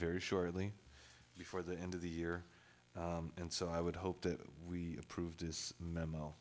very shortly before the end of the year and so i would hope that we approve this memo